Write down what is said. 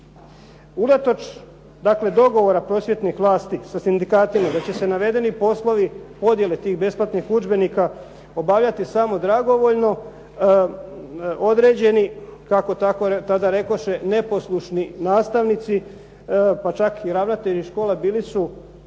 dakle dogovora prosvjetnih vlasti sa sindikatima da će se navedeni poslovi podjele tih besplatnih udžbenika obavljati samo dragovoljno određeni kako tada rekoše neposlušni nastavnici pa čak i ravnatelji škola biti su